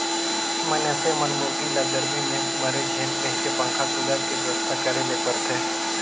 मइनसे मन मुरगी ल गरमी में मरे झेन कहिके पंखा, कुलर के बेवस्था करे ले परथे